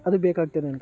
ಅದಕ್ಕೆ ಬೇಕಾಗ್ತದೆ